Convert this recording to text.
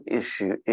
issue